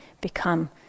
become